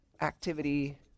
activity